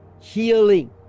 healing